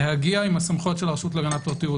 להגיע עם הסמכויות של הרשות להגנת הפרטיות.